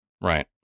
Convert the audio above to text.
right